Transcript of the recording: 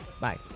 Bye